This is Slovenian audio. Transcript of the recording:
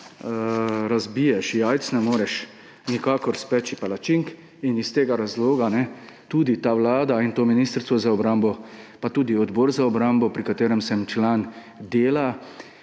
razbiješ jajc, ne moreš nikakor speči palačink in iz tega razloga tudi ta vlada in Ministrstvo za obrambo pa tudi Odbor za obrambo, pri katerem sem član, delajo